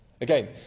Again